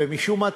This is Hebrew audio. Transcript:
ומשום מה